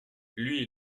lui